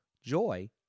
joy